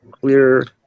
clear